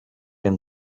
and